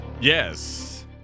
Yes